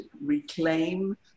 reclaim